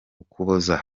ukuboza